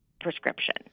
prescription